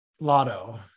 Lotto